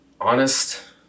honest